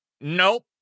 nope